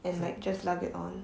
and like just lug it on